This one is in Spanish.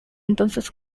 entonces